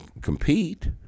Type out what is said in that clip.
compete